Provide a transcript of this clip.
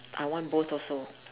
I want both also